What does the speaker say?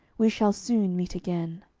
we shall soon meet again